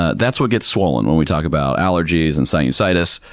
ah that's what gets swollen when we talk about allergies and sinusitis.